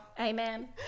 Amen